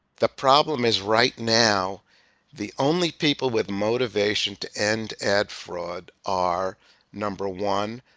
the problem is right now the only people with motivation to end ad fraud are number one,